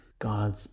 god's